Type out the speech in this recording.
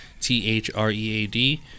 t-h-r-e-a-d